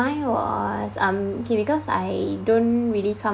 mine was um okay because I don't really come